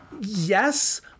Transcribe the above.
Yes